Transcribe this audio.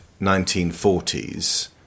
1940s